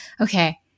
okay